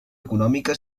econòmica